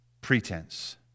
pretense